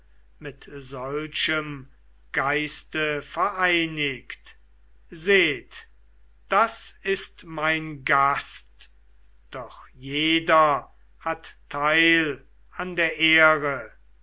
mit solchem geiste vereinigt seht das ist mein gast doch jeder hat teil an der ehre